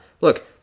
look